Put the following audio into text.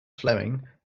fleming